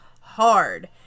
hard